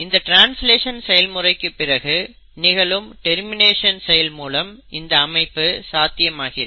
இந்த ட்ரான்ஸ்லேஷன் செயல்முறைக்கு பிறகு நிகழும் டெர்மினேஷன் செயல் மூலம் இந்த அமைப்பு சாத்தியமாகிறது